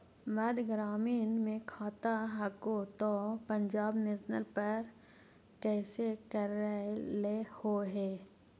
मध्य ग्रामीण मे खाता हको तौ पंजाब नेशनल पर कैसे करैलहो हे?